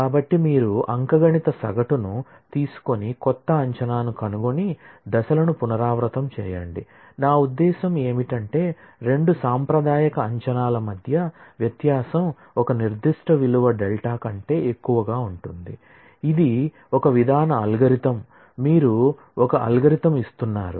కాబట్టి మీరు అంకగణిత సగటును తీసుకొని కొత్త అంచనాను కనుగొని దశలను పునరావృతం చేయండి నా ఉద్దేశ్యం ఏమిటంటే రెండు సాంప్రదాయిక అంచనాల మధ్య వ్యత్యాసం ఒక నిర్దిష్ట విలువ డెల్టా కంటే ఎక్కువగా ఉంది ఇది ఒక విధాన అల్గోరిథం మీరు ఒక అల్గోరిథం ఇస్తున్నారు